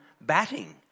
batting